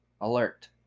Alert